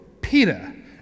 Peter